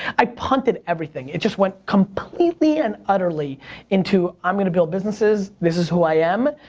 i punted everything. it just went completely and utterly into, i'm gonna built businesses, this is who i am,